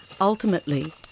Ultimately